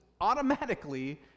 automatically